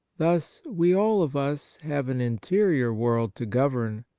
thus, we all of us have an interior world to govern,